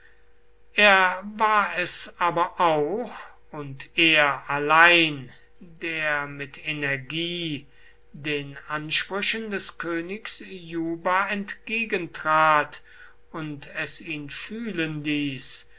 er war es aber auch und er allein der mit energie den ansprüchen des königs juba entgegentrat und es ihn fühlen ließ